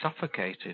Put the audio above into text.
suffocated